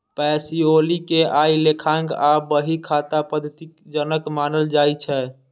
Pacioli कें आइ लेखांकन आ बही खाता पद्धतिक जनक मानल जाइ छै